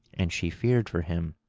and she feared for him,